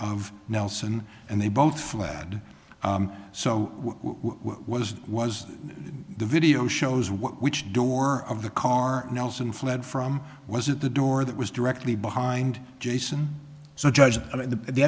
of nelson and they both fled so what was the video shows what which door of the car nelson fled from was it the door that was directly behind jason so judge the